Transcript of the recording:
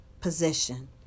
position